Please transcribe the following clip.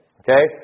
okay